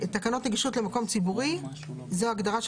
"תקנות נגישות למקום ציבורי" כל